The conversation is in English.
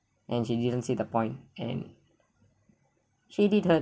and she didn't see the point and she did hurt